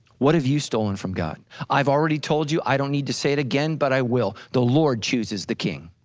what have you stolen from god? i've already told you, i don't need to say it again, but i will, the lord chooses the king,